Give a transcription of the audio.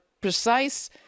precise